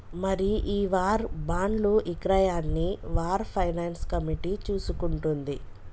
మరి ఈ వార్ బాండ్లు ఇక్రయాన్ని వార్ ఫైనాన్స్ కమిటీ చూసుకుంటుంది